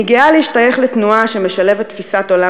אני גאה להשתייך לתנועה שמשלבת תפיסת עולם